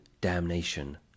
damnation